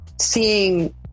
seeing